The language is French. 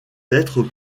être